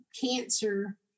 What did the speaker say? cancer